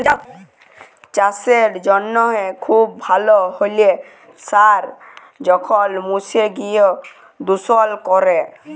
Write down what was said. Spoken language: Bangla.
চাসের জনহে খুব ভাল হ্যলেও সার যখল মুছে গিয় দুষল ক্যরে